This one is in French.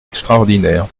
extraordinaire